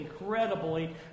incredibly